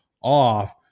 off